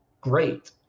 great